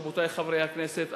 רבותי חברי הכנסת,